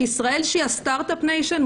ישראל שהיא סטסט-אפ ניישן,